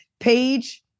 Page